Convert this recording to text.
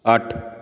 ਅੱਠ